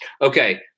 Okay